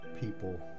people